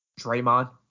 Draymond